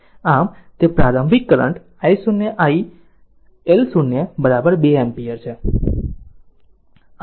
આમ તે પ્રારંભિક current I0 i L0 two ampere છે